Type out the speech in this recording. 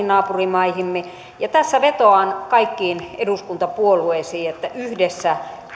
naapurimaihimme tässä vetoan kaikkiin eduskuntapuolueisiin että yhdessä